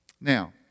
Now